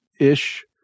ish